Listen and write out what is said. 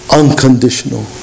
unconditional